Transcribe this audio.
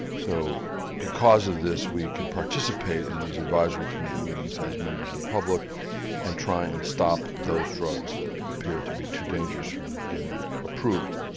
so because of this we can participate in these advisory committee meetings as members of the public and try and stop those drugs that appear to be too dangerous from getting approved.